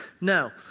No